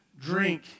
drink